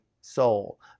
Soul